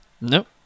Nope